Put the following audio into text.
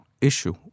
issue